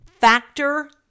Factor